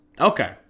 Okay